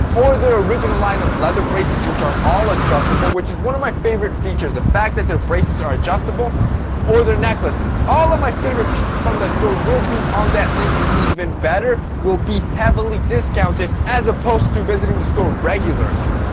or their original line of leather bracelets which are all adjustable. which is one of my favorite features, the fact that their bracelets are adjustable or their necklaces. all of my favorite pieces from the store will be on that link and even better will be heavily discounted, as opposed to visiting the store regularly.